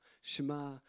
Shema